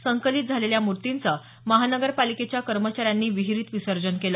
संकलित झालेल्या मूर्तींचं नगरपालिकेच्या कर्मचाऱ्यांनी विहीरीत विसर्जन केलं